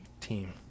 team